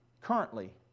currently